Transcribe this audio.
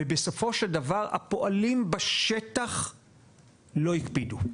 ובסופו של דבר הפועלים בשטח לא הקפידו.